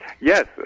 Yes